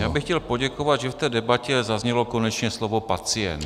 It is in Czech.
Já bych chtěl poděkovat, že v té debatě zaznělo konečně slovo pacient.